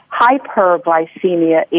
hyperglycemia